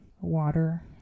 water